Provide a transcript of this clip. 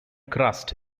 crust